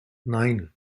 nein